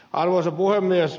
arvoisa puhemies